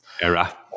era